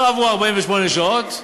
לא עברו 48 שעות,